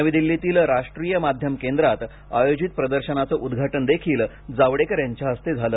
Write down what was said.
नवी दिल्लीतील राष्ट्रीय माध्यम केंद्रात आयोजित प्रदर्शनाचे उद्घाटनही जावडेकर यांच्या हस्ते झाले